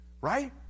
right